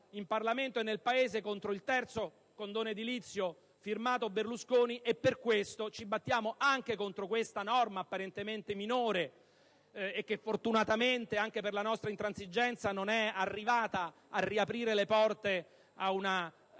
in Parlamento e nel Paese contro il terzo condono edilizio firmato Berlusconi. Per tale motivo ci battiamo anche contro questa norma apparentemente minore e che fortunatamente, anche per la nostra intransigenza, non è arrivata a riaprire i termini